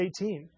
18